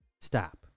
Stop